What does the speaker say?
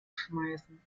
schmeißen